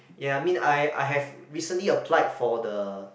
ya I mean I I have recently applied for the